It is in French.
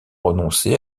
renoncer